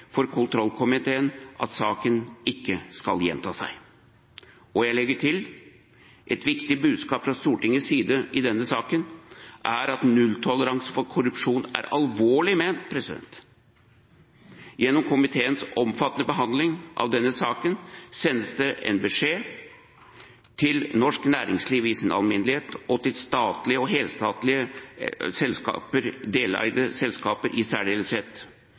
for kontrollkomiteen at saker ikke skal gjenta seg. Og jeg legger til: Et viktig budskap fra Stortingets side i denne saken er at nulltoleranse for korrupsjon er alvorlig ment. Gjennom komiteens omfattende behandling av denne saken sendes det en beskjed til norsk næringsliv i sin alminnelighet og til hel- og delstatlige selskaper i særdeleshet: